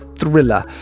thriller